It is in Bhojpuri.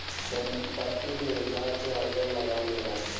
संपत्ति के हिसाब से आयकर लगावल जाला